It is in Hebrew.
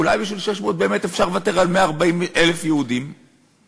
אולי בשביל 600 מיליון אפשר לוותר על 140,000 יהודים עכשיו?